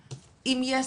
אם יש ספק,